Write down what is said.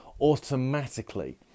automatically